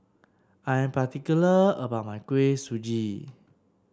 I am particular about my Kuih Suji